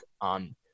on